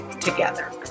together